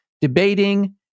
debating